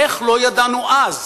איך לא ידענו אז,